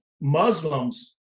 Muslims